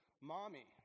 mommy